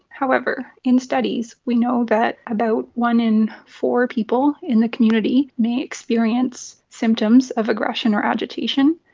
however, in studies we know that about one in four people in the community may experience symptoms of aggression or agitation.